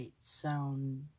sound